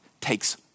takes